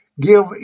Give